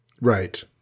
Right